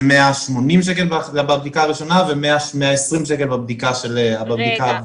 זה 180 שקל בבדיקה הראשונה ו-120 שקל בבדיקה הגבוהה.